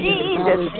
Jesus